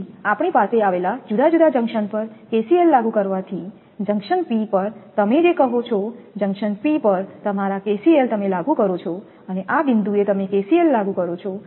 તેથી આપણી પાસે આવેલા જુદા જુદા જંકશન પર KCL લાગુ કરવાથી જંક્શન P પર તમે જે કહો છો જંકશન P પર તમારા KCL તમે લાગુ કરો છો આ બિંદુએ તમે KCL લાગુ કરો છો